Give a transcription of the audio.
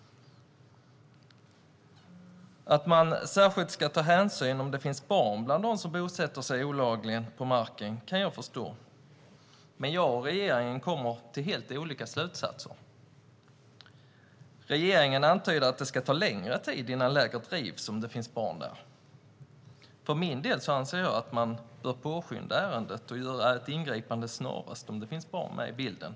Att man ska ta särskild hänsyn till om det finns barn bland dem som bosätter sig olagligt på marken kan jag förstå. Men jag och regeringen kommer fram till helt olika slutsatser. Regeringen antyder att det ska ta längre tid innan lägret rivs om det finns barn där. Jag anser att man bör påskynda ärendet och ingripa snarast om det finns barn med i bilden.